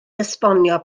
esbonio